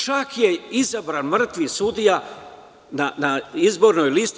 Čak je izabran mrtvi sudija na izbornoj listi.